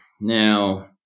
now